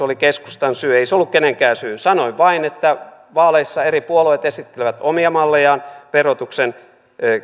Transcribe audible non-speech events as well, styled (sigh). (unintelligible) oli keskustan syy ei se ollut kenenkään syy sanoin vain että vaaleissa eri puolueet esittelevät omia mallejaan verotuksen